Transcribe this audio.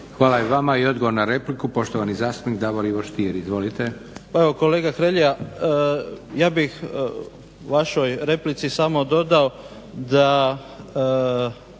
Hvala i vama. I odgovor na repliku, poštovani zastupnik Davor Ivo Stier. Izvolite. **Stier, Davor Ivo (HDZ)** Pa evo kolega Hrelja ja bih vašoj replici samo dodao da